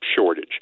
shortage